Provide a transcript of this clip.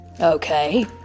Okay